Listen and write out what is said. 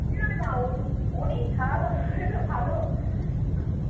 না না ওর উনিই থাকবেন ভালো